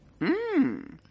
Mmm